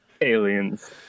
Aliens